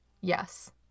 Yes